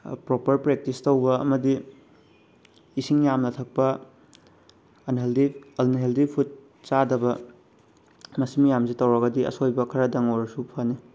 proper practice ꯇꯧꯕ ꯑꯃꯗꯤ ꯏꯁꯤꯡ ꯌꯥꯝꯅ ꯊꯛꯄ ꯑꯟꯍꯦꯜꯗꯤ ꯑꯟꯍꯦꯜꯗꯤ ꯐꯨꯗ ꯆꯥꯗꯕ ꯃꯁꯤ ꯃꯌꯥꯝꯁꯤ ꯇꯧꯔꯒꯗꯤ ꯑꯁꯣꯏꯕ ꯈꯔꯗꯪ ꯑꯣꯏꯔꯁꯨ ꯐꯅꯤ